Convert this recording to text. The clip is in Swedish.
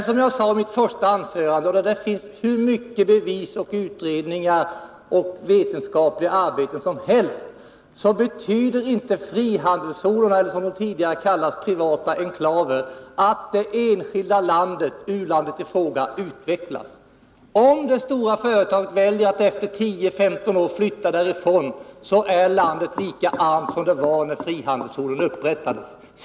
Men som jag sade i mitt första anförande finns det hur många bevis och hur många utredningar och vetenskapliga arbeten som helst som tydligt klargör att frihandelszonerna eller, som de tidigare kallades, de privata enklaverna inte betyder att u-landet i fråga utvecklas. Om det stora företaget väljer att efter 10-15 år flytta därifrån, är landet lika armt som det var när frihandelszonen upprättades.